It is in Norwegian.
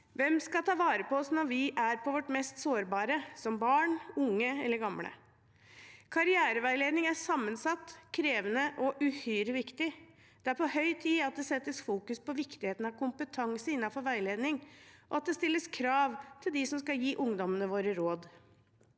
Hvem skal ta vare på oss når vi er på vårt mest sårbare, som barn, unge eller gamle? Karriereveiledning er sammensatt, krevende og uhyre viktig. Det er på høy tid at det fokuseres på viktigheten av kompetanse innenfor veiledning, og at det stilles krav til de som skal gi ungdommene våre råd.